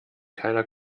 keiner